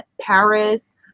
Paris